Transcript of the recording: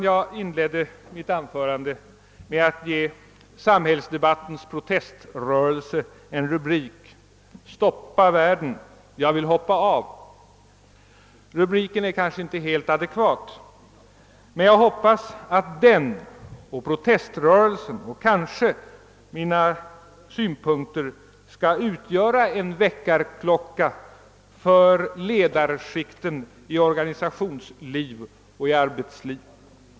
Jag inledde mitt anförande med att ge samhällsdebattens proteströrelse en rubrik: »Stoppa världen — jag vill stiga av.» Rubriken är kanske inte helt adekvat, men jag hoppas att den och proteströrelsen och kanske mina synpunkter skall uigöra en väckarklocka för ledarskikten i organisationsliv och arbetsliv.